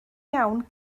iawn